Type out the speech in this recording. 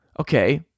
okay